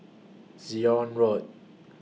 Zion Road